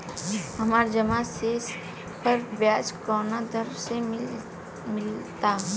हमार जमा शेष पर ब्याज कवना दर से मिल ता?